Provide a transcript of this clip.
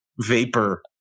vapor